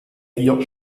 vier